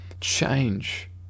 change